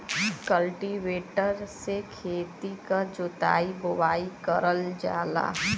cultivator से खेती क जोताई बोवाई करल जाला